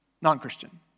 non-Christian